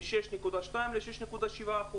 מ-6.2% ל-6.7%.